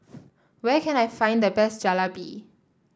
where can I find the best Jalebi